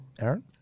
Aaron